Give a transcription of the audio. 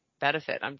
Benefit